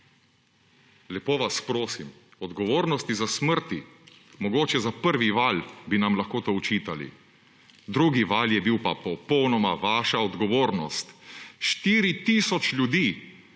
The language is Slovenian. Lepo vas prosim, odgovornosti za smrti! Mogoče za prvi val bi nam lahko to očitali, drugi val je bil pa popolnoma vaša odgovornost. Štiri tisoč ljudi!